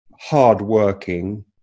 hardworking